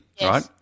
right